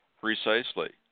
precisely